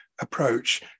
approach